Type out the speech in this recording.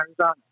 Arizona